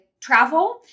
travel